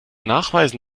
nachweisen